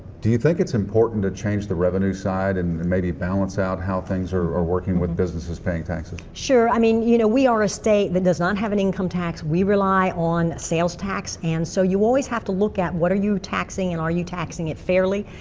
do you think it's important to change the revenue side and maybe balance out how things are are working with businesses paying taxes? sure. i mean, you know, we are a state that does not have an income tax. we rely on sales tax. and so, you always have to look at what are you taxing and are you taxing it fairly.